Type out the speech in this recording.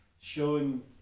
showing